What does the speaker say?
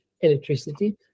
electricity